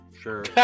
sure